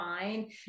fine